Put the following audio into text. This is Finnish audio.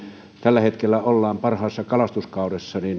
tällä hetkellä ollaan parhaassa kalastuskaudessa